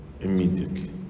immediately